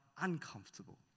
uncomfortable